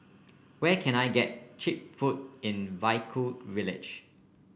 where can I get cheap food in Vaiaku village